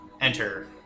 Enter